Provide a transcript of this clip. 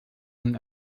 minen